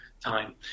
time